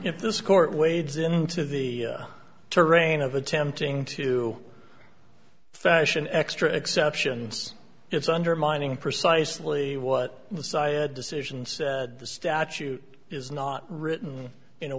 if this court wades into the terrain of attempting to fashion extra exceptions it's undermining precisely what the siad decisions the statute is not written in a